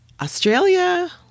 Australia